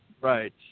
Right